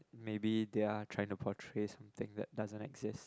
maybe their trying to portray something that doesn't exist